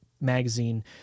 magazine